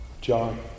John